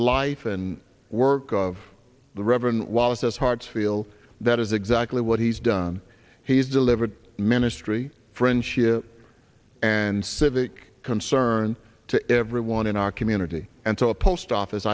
life and work of the reverend wallace as hearts feel that is exactly what he's done he's delivered ministry friendship and civic concern to everyone in our community and to a post office